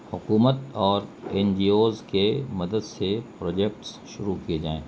حکومت اور N G Os کے مدد سے پروجیکٹس شروع کیے جائیں